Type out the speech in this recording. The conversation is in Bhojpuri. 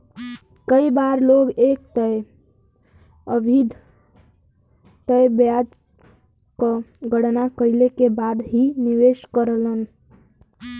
कई बार लोग एक तय अवधि तक ब्याज क गणना कइले के बाद ही निवेश करलन